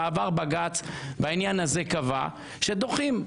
בעבר בג"צ בעניין הזה קבע שדוחים.